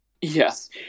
Yes